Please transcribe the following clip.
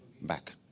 back